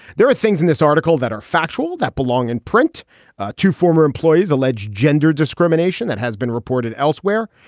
there are things in this article that are factual, that belong in print to former employees, alleged gender discrimination that has been reported elsewhere.